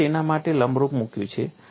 મેં તેને તેના માટે લંબરૂપ મૂક્યું